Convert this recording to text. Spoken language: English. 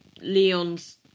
Leon's